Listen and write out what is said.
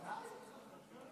בבקשה, חבר הכנסת אבידר.